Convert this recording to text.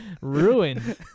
Ruin